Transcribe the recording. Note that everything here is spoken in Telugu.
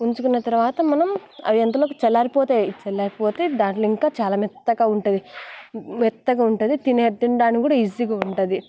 ఉంచుకున్న తరువాత మనం అవి అంతలోపు చల్లారి పోతాయి చల్లారి పోతే దాంట్లో ఇంకా చాలా మెత్తగా ఉంటుంది మెత్తగా ఉంటుంది తిన తినడానికి కూడా ఈజీగా ఉంటుంది